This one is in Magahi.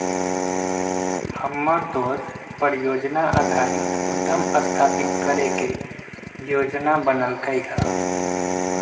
हमर दोस परिजोजना आधारित उद्यम स्थापित करे के जोजना बनलकै ह